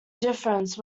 difference